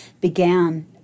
began